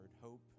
Hope